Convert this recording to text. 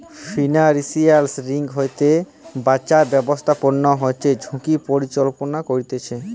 financial risk হইতে বাঁচার ব্যাবস্থাপনা হচ্ছে ঝুঁকির পরিচালনা করতিছে